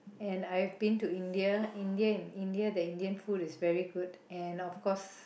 and I've been to India India in India the Indian food is very good and of course